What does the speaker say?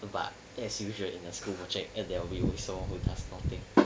but as usual in a school project at their will so we pass a lot of thing